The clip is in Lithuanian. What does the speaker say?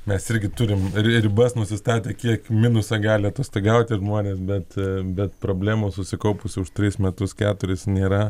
mes irgi turim ri ribas nusistatę kiek minuse gali atostogauti žmonės bet bet problemų susikaupus už tris metus keturis nėra